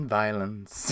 violence